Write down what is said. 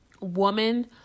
Woman